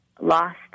lost